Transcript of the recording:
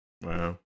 Wow